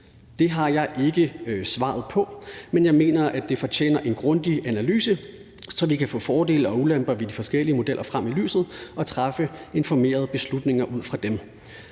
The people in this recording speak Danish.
Det har jeg ikke svaret på, men jeg mener, at det fortjener en grundig analyse, så vi kan få fordele og ulemper ved de forskellige modeller frem i lyset og træffe informerede beslutninger ud fra dem.